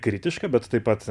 kritišką bet taip pat